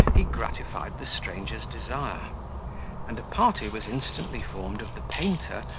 he gratified the stranger's desire and a party was instantly formed of the painter,